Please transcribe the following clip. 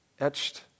etched